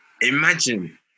imagine